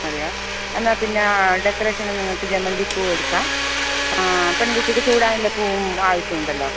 അതെയോ എന്നാൽ പിന്നെ ഡെക്കറേഷന് നിങ്ങൾക്ക് ജമന്തി പൂ എടുക്കാം പെൺകുട്ടിക്ക് ചൂടാനുള്ള പൂവും ആവശ്യം ഉണ്ടല്ലോ